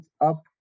up